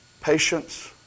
patience